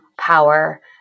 power